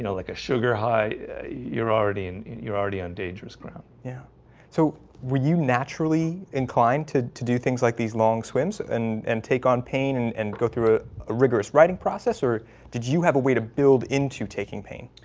you know like a sugar high you're already and you're already on dangerous ground yeah so were you naturally? inclined to to do things like these long swims and and take on pain and and go through ah a rigorous writing process or did you have a way to build into taking pain?